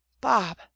Bob